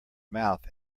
mouth